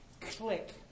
Click